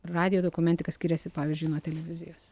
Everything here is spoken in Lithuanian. radijo dokumentika skiriasi pavyzdžiui nuo televizijos